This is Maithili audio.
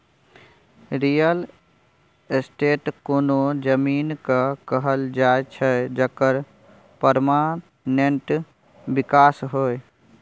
रियल एस्टेट कोनो जमीन केँ कहल जाइ छै जकर परमानेंट बिकास होइ